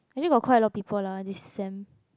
actually got quite a lot people lah this sem